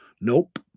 Nope